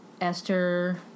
Esther